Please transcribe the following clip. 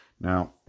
Now